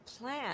plan